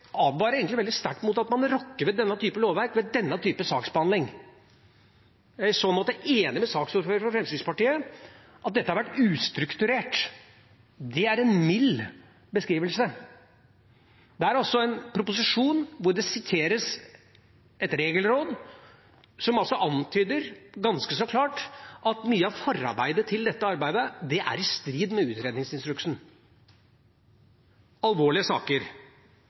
advare veldig sterkt imot at man rokker ved denne typen lovverk med denne typen saksbehandling. Jeg er i så måte enig med saksordføreren fra Fremskrittspartiet i at dette har vært ustrukturert. Det er en mild beskrivelse. I proposisjonen siteres det fra et regelråd som antyder, ganske klart, at mye av forarbeidet til dette arbeidet er i strid med utredningsinstruksen. Det er alvorlige saker.